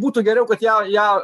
būtų geriau kad ją ją